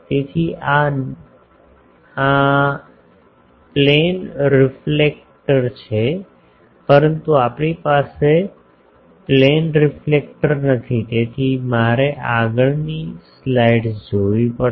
તેથી આ ન રિફ્લેક્ટર છે પરંતુ આપણી પાસે ન રિફ્લેક્ટર નથી તેથી મારે આગળની સ્લાઇડ્સ જોવી પડશે